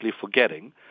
forgetting